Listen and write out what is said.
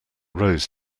rose